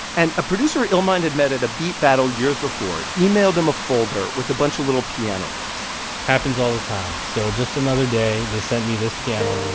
and a producer illmind had met at a beat battle years before emailed him a folder with a bunch of little piano riffs it happens all the time. so just another day they send me this piano